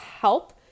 help